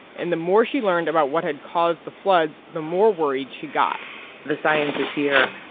and the more she learned about what had caused the floods, the more worried she got the science is here.